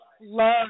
love